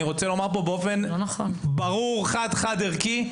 אני רוצה לומר פה באופן ברור חד חד ערכי,